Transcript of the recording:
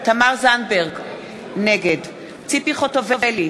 תמר זנדברג, נגד ציפי חוטובלי,